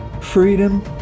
Freedom